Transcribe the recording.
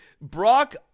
Brock